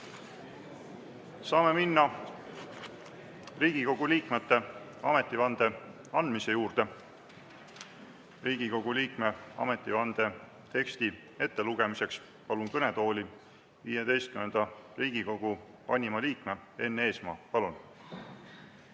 Saame minna Riigikogu liikmete ametivande andmise juurde. Riigikogu liikme ametivande teksti ettelugemiseks palun kõnetooli XV Riigikogu vanima liikme Enn Eesmaa. Palun!